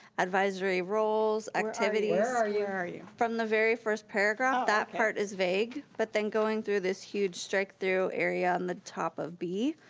advisory roles, activities where are yeah are you? from the very first paragraph, that part is vague, but then going through this huge strikethrough area on the top of b,